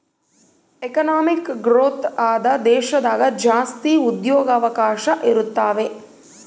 economic growth ಆದ ದೇಶದಾಗ ಜಾಸ್ತಿ ಉದ್ಯೋಗವಕಾಶ ಇರುತಾವೆ